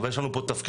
אבל יש לנו פה תפקיד,